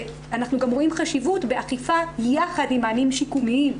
ואנחנו גם רואים חשיבות באכיפה יחד עם מענים שיקומיים,